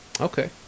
Okay